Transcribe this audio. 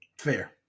Fair